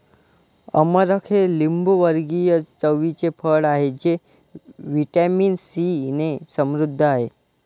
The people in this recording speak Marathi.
अमरख हे लिंबूवर्गीय चवीचे फळ आहे जे व्हिटॅमिन सीने समृद्ध आहे